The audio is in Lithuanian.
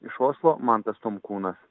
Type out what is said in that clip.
iš oslo mantas tomkūnas